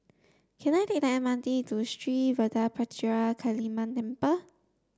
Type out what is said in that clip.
can I take the M R T to Street Vadapathira Kaliamman Temple